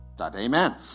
Amen